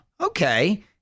okay